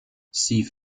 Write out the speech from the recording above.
sie